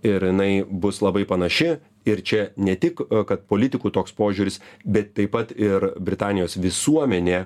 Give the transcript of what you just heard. ir jinai bus labai panaši ir čia ne tik kad politikų toks požiūris bet taip pat ir britanijos visuomenė